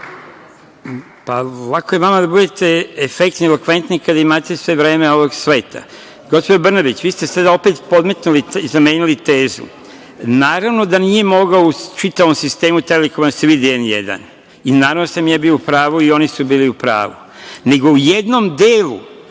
Lako je vama da budete efektni i elokventni kada imate sve vreme ovog sveta. Gospođo Brnabić, vi ste sada opet podmetnuli i zamenili tezu. Naravno da nije mogao u čitavom sistemu „Telekoma“ da se vidi „N1“ i naravno da sam ja bio u pravu i oni su bili u pravu. Nego, u jednom delu,